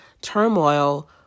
turmoil